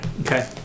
okay